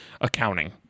accounting